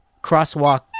crosswalk